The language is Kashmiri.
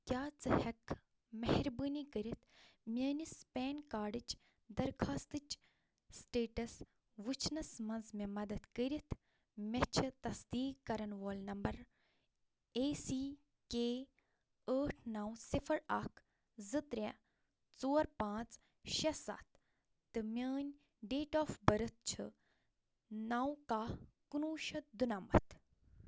ژٕ ہٮ۪ککھٕ مہربٲنی کٔرِتھ میٛٲنس پین کارڈٕچ درخاستٕچ سٹیٹس وٕچھنس منٛز مےٚ مدد کٔرِتھ مےٚ چھِ تصدیٖق کرن وول نمبر اے سی کے ٲٹھ نو صِفر اکھ زٕ ترٛےٚ ژور پانٛژھ شےٚ سَتھ تہٕ میٛٲنۍ ڈیٹ آف بٔرٕتھ چھِ نَو کَہہ کُنوُہ شَتھ دُنَمَتھ